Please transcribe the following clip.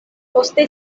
poste